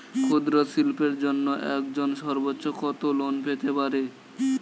ক্ষুদ্রশিল্পের জন্য একজন সর্বোচ্চ কত লোন পেতে পারে?